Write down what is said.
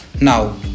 Now